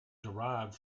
derived